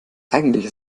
eigentlich